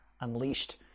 unleashed